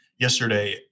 Yesterday